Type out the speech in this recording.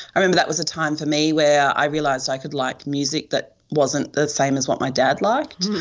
i remember that was a time for me where i realised i could like music that wasn't the same as what my dad liked.